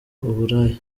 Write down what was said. uburaya